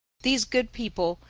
these good people,